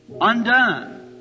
undone